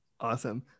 awesome